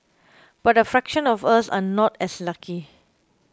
but a fraction of us are not as lucky